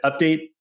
update